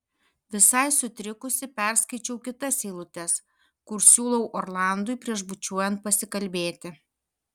visai sutrikusi perskaičiau kitas eilutes kur siūlau orlandui prieš bučiuojant pasikalbėti